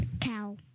Cow